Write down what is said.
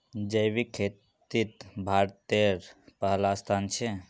जैविक खेतित भारतेर पहला स्थान छे